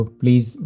please